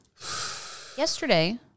Yesterday